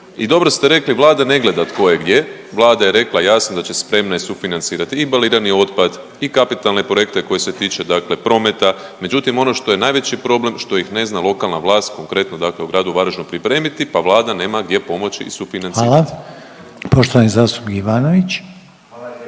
I dobro ste rekli, Vlada ne gleda tko je gdje, Vlada je rekla jasno da će, spremna je sufinancirati i balirani otpad i kapitalne projekte koji se tiče dakle prometa, međutim ono što je najveći problem, što ih ne zna lokalna vlast, konkretno dakle u gradu Varaždinu pripremiti, pa Vlada nema gdje pomoći i sufinancirati. **Reiner, Željko (HDZ)** Hvala.